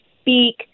speak